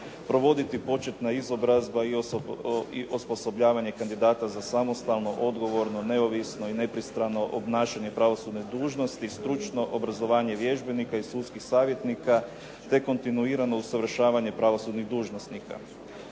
provoditi početna izobrazba i osposobljavanje kandidata za samostalno, odgovorno, neovisno i nepristrano obnašanje pravosudne dužnosti, stručno obrazovanje vježbenika i sudskih savjetnika, te kontinuirano usavršavanje pravosudnih dužnosnika.